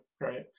right